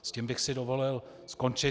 Tím bych si dovolil skončit.